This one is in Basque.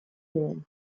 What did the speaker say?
nuen